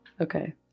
Okay